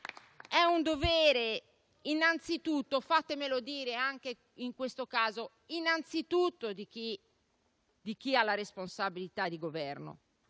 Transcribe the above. È un dovere - fatemelo dire anche in questo caso - innanzitutto di chi ha la responsabilità di Governo,